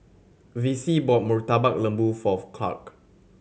Vicie bought Murtabak Lembu for Clarke